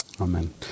Amen